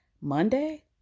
monday